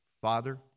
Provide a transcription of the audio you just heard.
Father